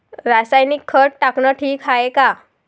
रासायनिक खत टाकनं ठीक हाये का?